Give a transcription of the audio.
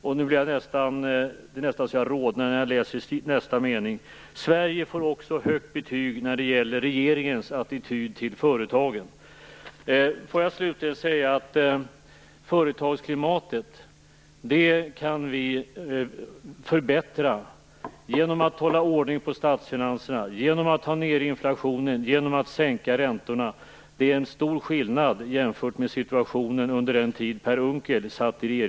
Det är nästan så att jag rodnar när jag läser nästa mening: Sverige får också högt betyg när det gäller regeringens attityd till företagen. Slutligen vill jag säga att företagsklimatet kan vi förbättra genom att hålla ordning på statsfinanserna, ta ned inflationen och sänka räntorna. Det är en stor skillnad jämfört med situationen under den period Per